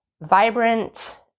vibrant